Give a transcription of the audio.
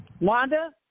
Wanda